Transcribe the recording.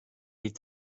est